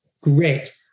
great